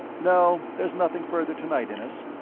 no, there's nothing further to-night, innes.